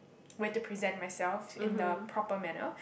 way to present myself in a proper manner